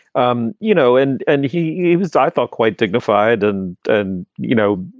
um you know, and and he was, i thought, quite dignified and and, you know,